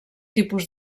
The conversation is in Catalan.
tipus